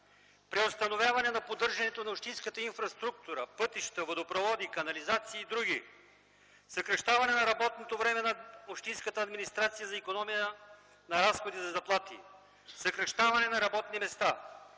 преустановяване на поддържането на общинската инфраструктура – пътища, водопроводи, канализация и др.; съкращаване на работното време на общинската администрация за икономия на разходи за заплати; съкращаване на работни места;